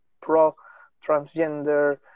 pro-transgender